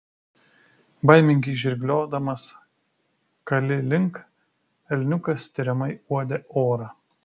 baimingai žirgliodamas kali link elniukas tiriamai uodė orą